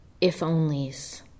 if-onlys